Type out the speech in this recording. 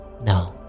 No